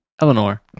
Eleanor